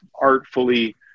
artfully